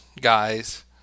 guys